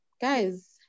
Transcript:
Guys